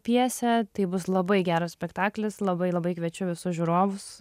pjesę tai bus labai geras spektaklis labai labai kviečiu visus žiūrovus